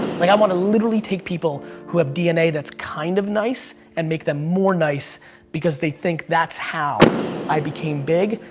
like i want to literally take people who have dna that's kind of nice and make them more nice because they think that's how i became big.